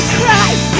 Christ